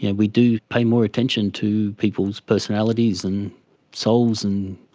yeah we do pay more attention to people's personalities and souls and